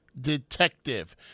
detective